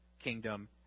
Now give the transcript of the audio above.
kingdom